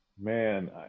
Man